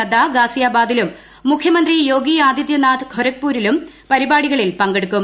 നദ്ദ ഗാസിയാബാദിലും മുഖ്യമന്ത്രി യോഗി ആദിതൃനാഥ് ഗൊരഖ്പൂരിലും പരിപാടികളിൽ പങ്കെടുക്കും